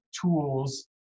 tools